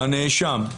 הנאשם.